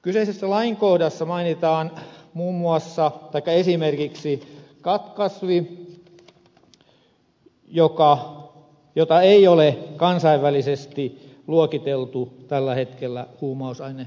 kyseisessä lainkohdassa mainitaan esimerkiksi khat kasvi jota ei ole kansainvälisesti luokiteltu tällä hetkellä huumausaineluettelossa